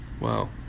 Wow